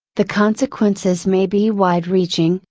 the consequences may be wide reaching,